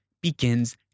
begins